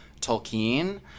Tolkien